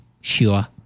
sure